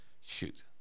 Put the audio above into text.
shoot